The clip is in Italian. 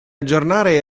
aggiornare